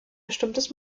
bestimmtes